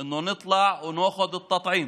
לצאת לקבל חיסון.